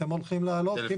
אתם הולכים לעלות?